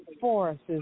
forests